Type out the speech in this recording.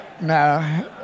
No